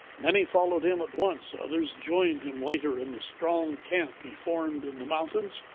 many followed him at once. others joined him later in the strong camp he formed in the mountains,